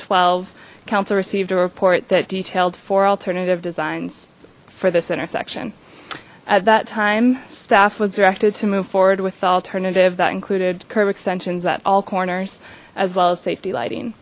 twelve council received a report that detailed four alternative designs for this intersection at that time staff was directed to move forward with the alternative that included curb extensions at all corners as well as safety lighting